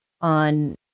on